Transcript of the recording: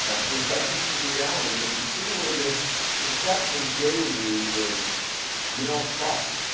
and the perception can be reality but you see where this perception's getting you is you don't trust.